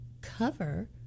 cover